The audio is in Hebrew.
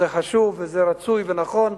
זה חשוב, רצוי ונכון,